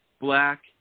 black